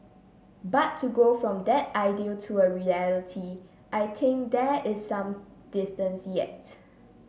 but to go from that ideal to a reality I think there is some distance yet